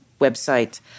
website